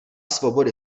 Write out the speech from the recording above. svobody